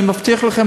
אני מבטיח לכם,